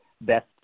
best